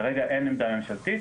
כרגע אין עמדה ממשלתית,